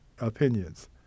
Opinions